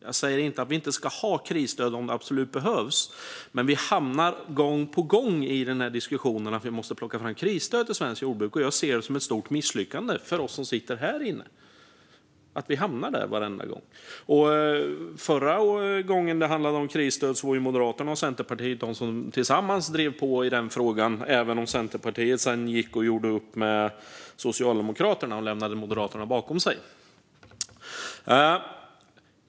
Jag säger inte att vi inte ska ha krisstöd om det absolut behövs. Men vi hamnar gång på gång i diskussionen att vi måste plocka fram krisstöd till svenskt jordbruk, och jag ser det som ett stort misslyckande för oss som sitter här inne att vi hamnar där varenda gång. Förra gången det handlade om krisstöd var Moderaterna och Centerpartiet de som tillsammans drev på i frågan, även om Centerpartiet sedan gick och gjorde upp med Socialdemokraterna och lämnade Moderaterna bakom sig.